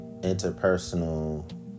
interpersonal